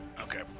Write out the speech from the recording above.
Okay